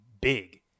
big